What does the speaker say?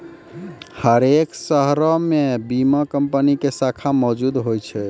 हरेक शहरो मे बीमा कंपनी के शाखा मौजुद होय छै